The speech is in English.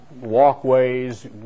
walkways